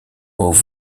aux